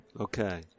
Okay